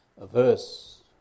averse